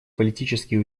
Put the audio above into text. политические